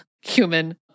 human